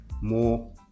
more